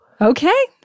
Okay